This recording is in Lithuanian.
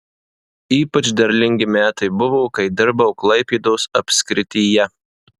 ypač derlingi metai buvo kai dirbau klaipėdos apskrityje